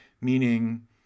meaning